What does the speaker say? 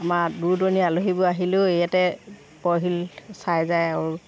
আমাৰ দূৰ দূৰনী আলহীবোৰ আহিলেও ইয়াতে বৰশিল চাই যায় আৰু